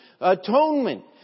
Atonement